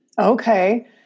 Okay